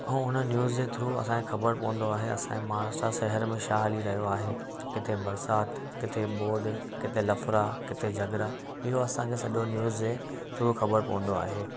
ऐं हुन न्यूज़ जे थ्रू असां खे ख़बरु पवंदो आहे असां जे महाराष्ट्र शहर में छा हली रहियो आहे किथे बरसाति किथे बोॾि किथे लफ़ड़ा किथे झगड़ा इहो असां खे सजो न्यूज़ जे थ्रू ख़बरु पवंदो आहे